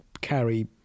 carry